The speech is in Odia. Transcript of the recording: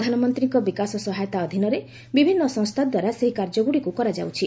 ପ୍ରଧାନମନ୍ତ୍ରୀଙ୍କ ବିକାଶ ସହାୟତା ଅଧୀନରେ ବିଭିନ୍ନ ସଂସ୍ଥା ଦ୍ୱାରା ସେହି କାର୍ଯ୍ୟଗୁଡ଼ିକୁ କରାଯାଉଛି